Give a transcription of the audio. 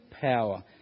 power